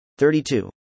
32